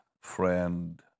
friend